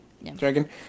dragon